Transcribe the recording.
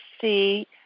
see